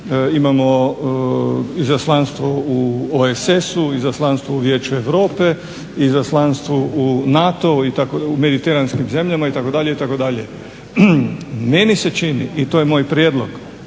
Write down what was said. Imao izaslanstvo u OESS-u, izaslanstvo u Vijeću Europe, izaslanstvo u NATO-u, u mediteranskim zemljama itd., itd. Meni se čini i to je moj prijedlog,